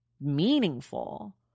meaningful